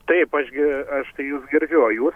taip aš gi aš tai jus girdžiu o jūs